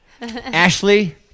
Ashley